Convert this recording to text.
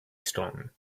strong